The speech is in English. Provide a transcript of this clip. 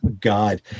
God